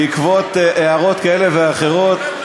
בעקבות הערות כאלה ואחרות,